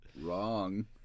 wrong